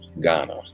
Ghana